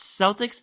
Celtics